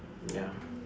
ya